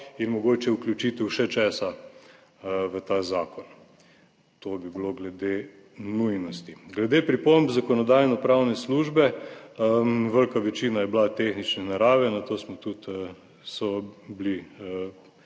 in mogoče vključitev še česa v ta zakon. To bi bilo glede nujnosti. Glede pripomb Zakonodajno-pravne službe, velika večina je bila tehnične narave. Na to so bili